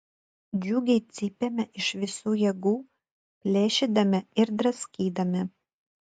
džiugiai cypėme iš visų jėgų plėšydami ir draskydami